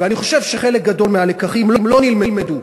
ואני חושב שחלק גדול מהלקחים לא נלמדו.